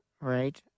right